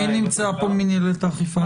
מי נמצא פה ממנהלת האכיפה?